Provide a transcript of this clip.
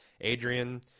Adrian